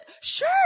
Sure